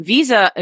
Visa